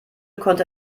konnte